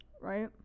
Right